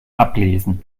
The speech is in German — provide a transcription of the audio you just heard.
ablesen